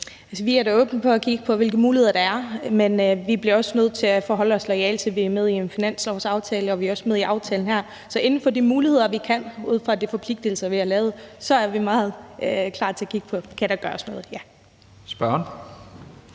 Vi er da åbne over for at kigge på, hvilke muligheder der er, men vi bliver også nødt til at forholde os loyalt til, at vi er med i en finanslovsaftale, og vi er også med i aftalen her. Så inden for de muligheder og de forpligtelser, vi har, er vi meget klar til at kigge på, om der kan gøres noget,